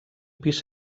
pis